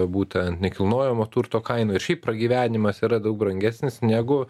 būtent nekilnojamo turto kainų ir šiaip pragyvenimas yra daug brangesnis negu